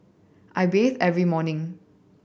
I bathe every morning